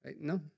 No